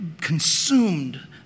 consumed